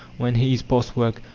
when he is past work.